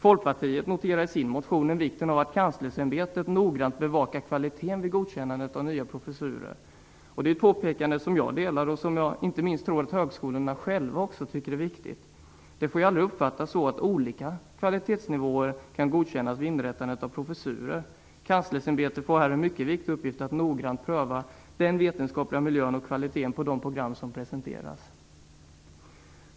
Folkpartiet noterar i sin motion vikten av att Kanslersämbetet noggrant bevakar kvaliteten vid godkännandet av nya professurer. Det är ett påpekande som jag delar, och jag tror att inte minst högskolorna själva tycker att det är viktigt. Det får aldrig uppfattas så att olika kvalitetsnivåer kan godkännas vid inrättandet av professurer. Kanslersämbetet får här en mycket viktig uppgift att noggrant pröva den vetenskapliga miljön och kvaliteten på de program som presenteras.